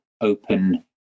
open